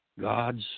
gods